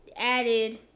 added